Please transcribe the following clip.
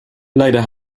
leider